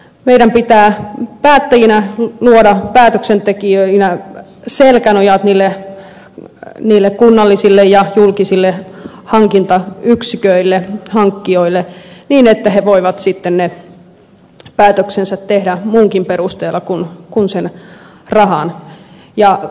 meidän pitää päätöksentekijöinä luoda selkänojat kunnallisille ja julkisille hankkijoille niin että ne voivat sitten ne tehdä päätöksensä muunkin perusteella kuin sen rahan